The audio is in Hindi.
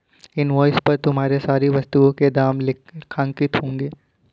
इन्वॉइस पर तुम्हारे सारी वस्तुओं के दाम लेखांकित होंगे